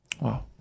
Wow